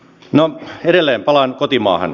no edelleen palaan kotimaahan